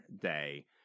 day